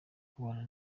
kubana